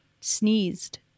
sneezed